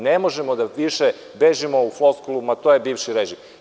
Ne možemo više da bežimo u floskulu – ma, to je bivši režim.